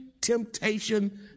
temptation